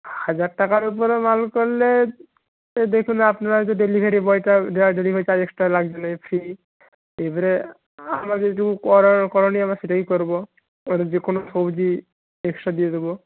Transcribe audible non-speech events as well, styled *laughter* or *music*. হাজার টাকার উপরে মাল করলে সে দেখুন আপনার *unintelligible* হয়ত ডেলিভারি বয় *unintelligible* *unintelligible* যা ডেলিভারি চার্জ এক্সট্রা লাগবে না ফ্রি এবারে আমার যেটুকু করার করণীয় এবার সেটাই করবো এবারে যে কোনো সবজি এক্সট্রা দিয়ে দেব